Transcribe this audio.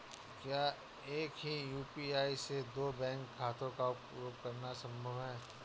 क्या एक ही यू.पी.आई से दो बैंक खातों का उपयोग करना संभव है?